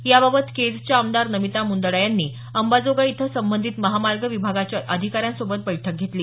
याबाबत केजच्या आमदार नमिता मुंदडा यांनी अंबाजोगाई इथं संबंधित महामार्ग विभागाच्या आधिकाऱ्यांसोबत बैठक घेतली